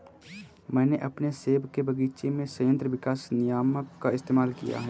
मैंने अपने सेब के बगीचे में संयंत्र विकास नियामक का इस्तेमाल किया है